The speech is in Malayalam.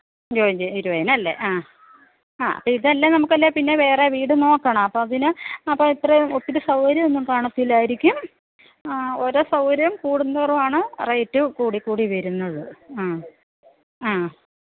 ജോയിൻ ചെയ്യാൻ ഇരുപതിനല്ലേ ആ അപ്പം ഇതല്ലേ നമുക്കല്ലേ പിന്നെ വേറെ വീട് നോക്കണം അപ്പം പിന്നെ അപ്പം ഇത്രേം ഒത്തിരി സൗകര്യം ഒന്നും കാണത്തില്ലായിരിക്കും ഓരോ സൗകര്യം കൂടും തോറുമാണ് റേറ്റ് കൂടിക്കൂടി വരുന്നത് ആ ആ